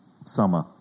summer